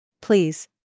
Please